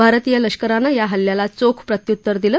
भारतीय लष्करानं या हल्ल्याला चोख प्रत्युतर दिलं